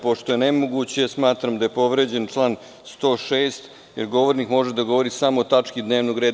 Pošto je nemoguće, smatram da je povređen član 106, jer govornik može da govori samo o tački dnevnog reda.